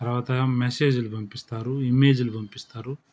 తర్వాత మెస్సేజ్లు పంపిస్తారు ఇమేజ్లు పంపిస్తారు